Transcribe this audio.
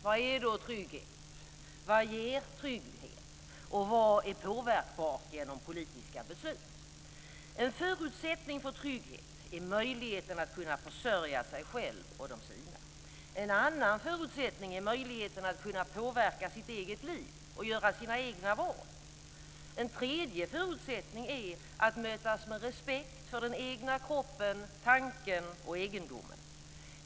Vad är då trygghet, vad ger trygghet och vad är påverkbart genom politiska beslut? En förutsättning för trygghet är möjligheten att kunna försörja sig själv och de sina. En annan förutsättning är möjligheten att kunna påverka sitt eget liv och göra sina egna val. En tredje förutsättning är att mötas med respekt för den egna kroppen, tanken och egendomen.